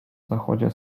zachodzie